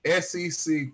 SEC